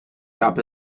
gab